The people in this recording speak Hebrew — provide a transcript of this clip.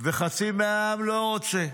וחצי מהעם לא רוצה.